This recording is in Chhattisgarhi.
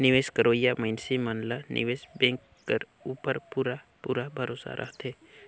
निवेस करोइया मइनसे मन ला निवेस बेंक कर उपर पूरा पूरा भरोसा रहथे